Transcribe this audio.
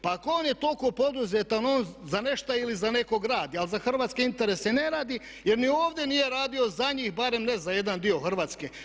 Pa ako on je toliko poduzetan, on za nešta ili za nekog radi, ali za hrvatske interese ne radi jer ni ovdje nije radio za njih, barem ne za jedan dio Hrvatske.